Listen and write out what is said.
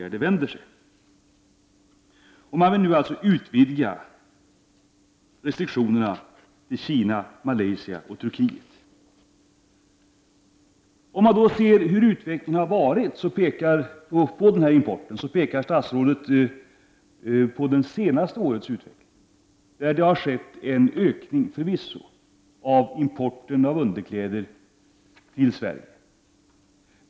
Regeringen vill nu utvidga restriktionerna till att gälla Kina, Malaysia och Turkiet. När det gäller utvecklingen av importen pekar statsrådet på utvecklingen under det senaste året. Det har förvisso skett en ökning av importen av underkläder till Sverige.